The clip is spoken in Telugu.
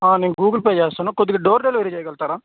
నేను గూగుల్ పే చేస్తాను కొద్దిగా డోర్ డెలివరీ చేయగలుతారా